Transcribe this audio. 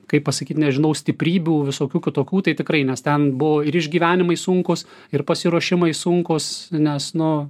kaip pasakyt nežinau stiprybių visokių kitokių tai tikrai nes ten buvo ir išgyvenimai sunkūs ir pasiruošimai sunkūs nes nu